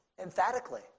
emphatically